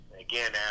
again